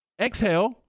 exhale